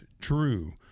true